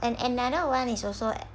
and another one is also